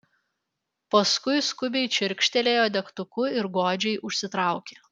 paskui skubiai čirkštelėjo degtuku ir godžiai užsitraukė